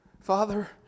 Father